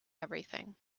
everything